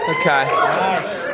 Okay